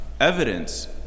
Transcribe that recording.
evidence